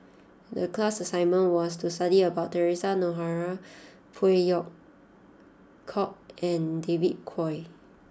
the class assignment was to study about Theresa Noronha Phey Yew Kok and David Kwo